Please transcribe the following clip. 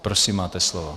Prosím, máte slovo.